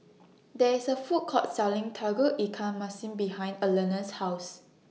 There IS A Food Court Selling Tauge Ikan Masin behind Allena's House